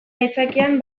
aitzakian